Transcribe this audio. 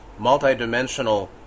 multidimensional